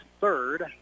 third